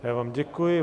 Já vám děkuji.